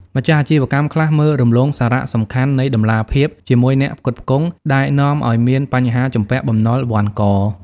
ម្ចាស់អាជីវកម្មខ្លះមើលរំលងសារៈសំខាន់នៃ "តម្លាភាពជាមួយអ្នកផ្គត់ផ្គង់" ដែលនាំឱ្យមានបញ្ហាជំពាក់បំណុលវណ្ឌក។